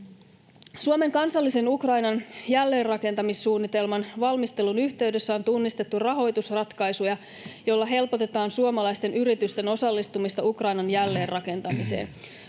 Suomen kansallisen Ukrainan jälleenrakentamissuunnitelman valmistelun yhteydessä on tunnistettu rahoitusratkaisuja, joilla helpotetaan suomalaisten yritysten osallistumista Ukrainan jälleenrakentamiseen.